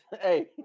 hey